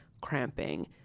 cramping